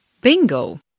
Bingo